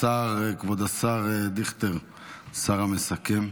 כבוד השר דיכטר, השר המסכם.